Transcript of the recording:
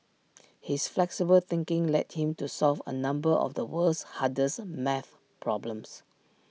his flexible thinking led him to solve A number of the world's hardest math problems